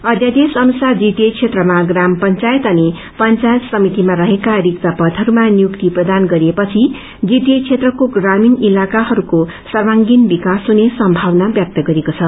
अध्यादेश अनुसार जीदीए क्षेत्रमा प्राम पंचायत अनि पंचायत समितिमा रहेका रिक्त पदहरूमा नियुक्ति प्रदान गरिए पछि जीटीए क्षेत्रको प्रामीण इलाकाहरूको सर्वागिण विकास हुने सम्भावना व्य क्त गरिएको छ